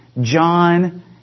John